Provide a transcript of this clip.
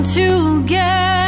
together